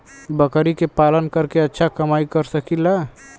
बकरी के पालन करके अच्छा कमाई कर सकीं ला?